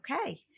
Okay